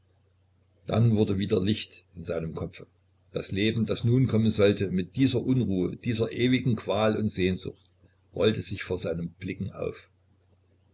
dann wurde wieder licht in seinem kopfe das leben das nun kommen sollte mit dieser unruhe dieser ewigen qual und sehnsucht rollte sich vor seinen blicken auf